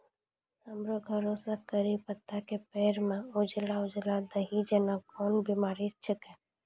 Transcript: हमरो घर के कढ़ी पत्ता के पेड़ म उजला उजला दही जेना कोन बिमारी छेकै?